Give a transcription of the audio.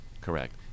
Correct